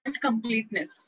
completeness